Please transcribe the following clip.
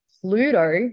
Pluto